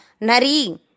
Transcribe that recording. nari